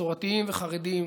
מסורתיים וחרדים,